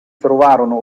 trovarono